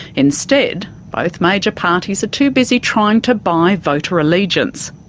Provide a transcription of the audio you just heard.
instead, both major parties are too busy trying to buy voter allegiance.